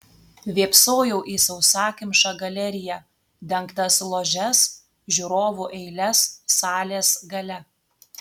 vėpsojau į sausakimšą galeriją dengtas ložes žiūrovų eiles salės gale